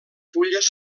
fulles